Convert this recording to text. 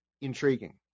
intriguing